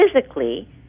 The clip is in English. physically